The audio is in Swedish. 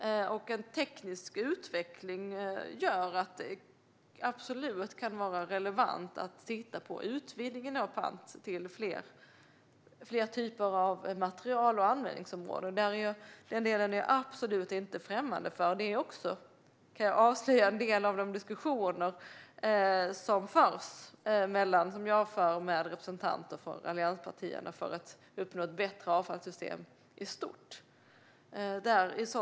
En teknisk utveckling gör att det absolut kan vara relevant att titta på en utvidgning av pant till fler typer av material och användningsområden. Den delen är jag absolut inte främmande för. Jag kan avslöja att det också är en del av de diskussioner som jag för med representanter för allianspartierna för att uppnå ett bättre avfallssystem i stort.